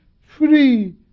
free